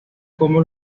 cómo